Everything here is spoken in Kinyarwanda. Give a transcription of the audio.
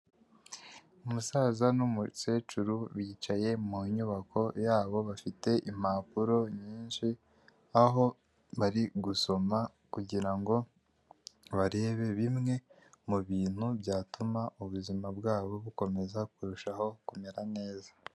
Umusaza n'umukecuru bicaye mu nyubako yabo, bafite impapuro nyinshi aho bari gusoma kugira ngo barebe bimwe mu bintu byatuma ubuzima bwabo bukomeza kurushaho kumera neza.